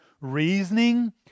Reasoning